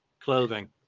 Clothing